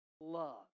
love